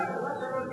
עשו הפסקה,